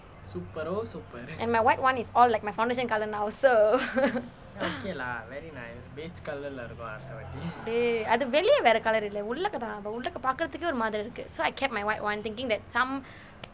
and my white [one] is all like my foundation colour now so eh அது வெளியே வேற:athu veliye vera colour உள்ளுக தான் உள்ளுக பார்க்கிறதுக்கு மாதிரி இருக்கு:ulluka thaan ulluka paarkirathukku maathiri irukku so I kept my white [one] thinking that some